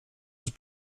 was